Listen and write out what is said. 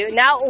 now